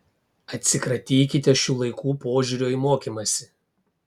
atsikratykite šių laikų požiūrio į mokymąsi